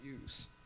use